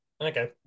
Okay